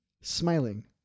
smiling